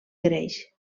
greix